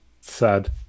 sad